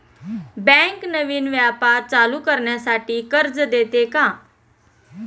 Bank नवीन व्यापार चालू करण्यासाठी कर्ज देते का?